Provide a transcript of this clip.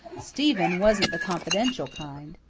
stephen wasn't the confidential kind.